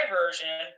version